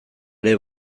ere